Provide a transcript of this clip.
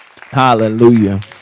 Hallelujah